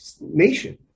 nation